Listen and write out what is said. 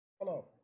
Hello